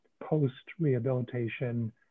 post-rehabilitation